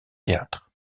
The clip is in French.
théâtre